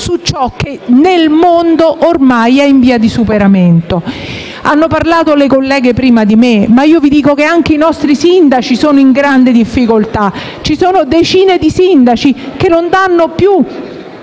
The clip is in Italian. su ciò che nel mondo è ormai in via di superamento. Hanno parlato alcune colleghe prima di me, ma io vi dico che anche i nostri sindaci sono in grande difficoltà: ci sono decine di sindaci che non concedono più